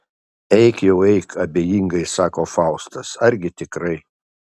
eik jau eik abejingai sako faustas argi tikrai